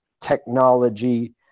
technology